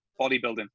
bodybuilding